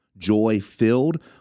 joy-filled